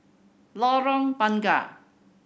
Lorong Bunga